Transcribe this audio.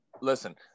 listen